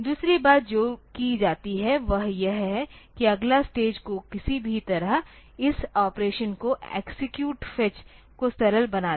दूसरी बात जो की जाती है वह यह है कि अगला स्टेज को किसी भी तरह इस ऑपरेशन को एक्सेक्यूट फेज को सरल बना दे